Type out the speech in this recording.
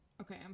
Okay